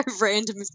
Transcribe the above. random